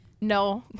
No